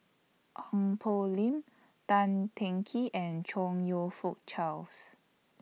Ong Poh Lim Tan Teng Kee and Chong YOU Fook Charles